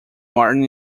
martin